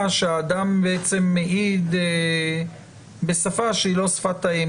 שהאדם בעצם מעיד בשפה שהיא לא שפת האם